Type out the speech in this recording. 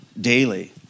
daily